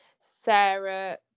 Sarah